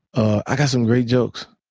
i've got some great jokes.